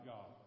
God